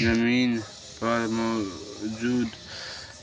जमीन पर मौजूद